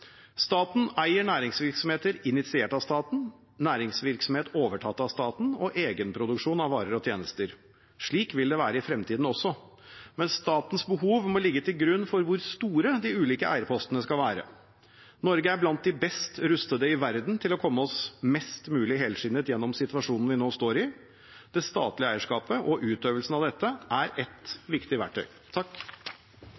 Staten eier næringsvirksomheter initiert av staten, næringsvirksomhet overtatt av staten og egenproduksjon av varer og tjenester. Slik vil det være i fremtiden også, men statens behov må ligge til grunn for hvor store de ulike eierpostene skal være. Norge er blant de best rustede i verden til å komme oss mest mulig helskinnet gjennom situasjonen vi nå står i. Det statlige eierskapet og utøvelsen av dette er